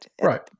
Right